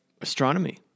astronomy